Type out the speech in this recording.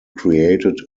created